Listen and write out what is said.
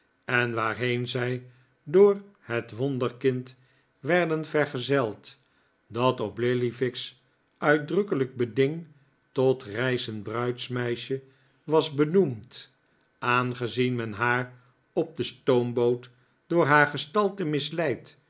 en waarheen zij door het wonderkind werden vergezeld dat op lillyvick's uitdrukkelijk beding tot reizend bruidsmeisje was benoemd aangezien men haar op de stoomboot door haar gestalte misleid